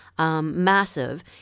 Massive